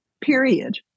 period